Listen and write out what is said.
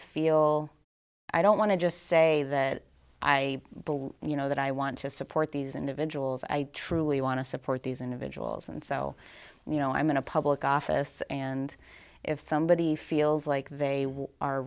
feel i don't want to just say that i you know that i want to support these individuals i truly want to support these individuals and so you know i'm in a public office and if somebody feels like they are